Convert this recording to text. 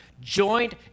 joint